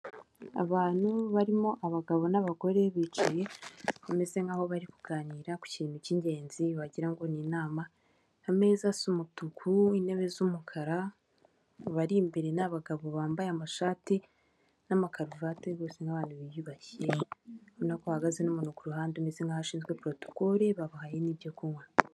Abantu barimo abagabo n'abagore bicaye bameze nk'aho bari kuganira ku kintu cy'ingenzi wagira ni inama, ameza asa umutuku, intebe z'umukara, abari imbere n'abagabo bambaye amashati n'amakaruvati rwose nk'abantu biyubashye, urabona ko bahagaze n'umuntu ku ruhande umeze nk'aho ashinzwe porotokole babahaye n'ibyo kunywa.